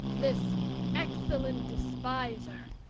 this excellent despiser,